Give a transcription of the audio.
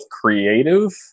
creative